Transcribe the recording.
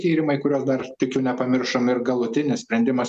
tyrimai kuriuos dar tikiu nepamiršom ir galutinis sprendimas